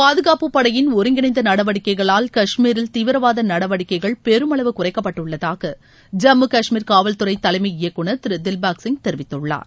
பாதுகாப்புப் படையின் ஒருங்கிணைந்த நடவடிக்கைகளால் காஷ்மீரில் தீவிரவாத நடவடிக்கைகள் பெருமளவு குறைக்கப்பட்டுள்ளதாக ஜம்மு காஷ்மீர் காவல் துறை தலைமை இயக்குநர் திரு தில்பாக்சிங் தெரிவித்துள்ளார்